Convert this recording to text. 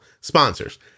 sponsors